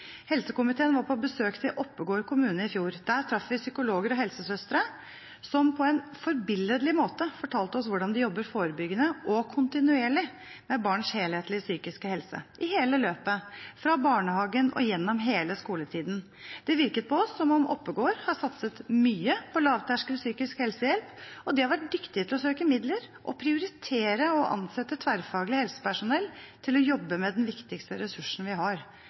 Helsekomiteen var på besøk til Oppegård kommune i fjor. Der traff vi psykologer og helsesøstre som på en forbilledlig måte fortalte oss hvordan de jobber forebyggende og kontinuerlig med barns helhetlige psykiske helse, i hele løpet fra barnehagen og gjennom hele skoletiden. Det virket på oss som om Oppegård har satset mye på lavterskel psykisk helsehjelp, og de har vært dyktige til å søke midler og prioritere å ansette tverrfaglig helsepersonell til å jobbe med den viktigste ressursen vi har,